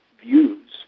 views